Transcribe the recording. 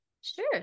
Sure